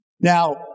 Now